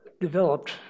developed